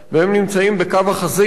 והם נמצאים בקו החזית,